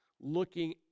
looking